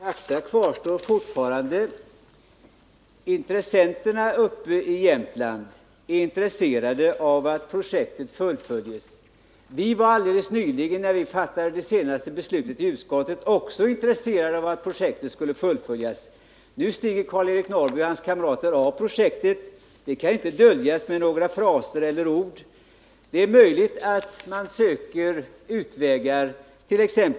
Herr talman! Fakta kvarstår: intressenterna i Jämtland är intresserade av att projektet fullföljs. När vi fattade det senaste beslutet i utskottet var också vi intresserade av att projektet skulle fullföljas. Nu stiger Karl-Eric Norrby och hans kamrater av projektet. Det kan inte döljas med några fraser eller ord. Det är möjligt att man på det sättet söker utvägar.